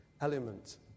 element